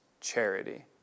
charity